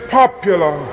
popular